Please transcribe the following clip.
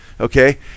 Okay